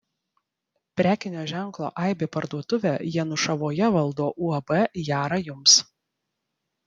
prekinio ženklo aibė parduotuvę janušavoje valdo uab jara jums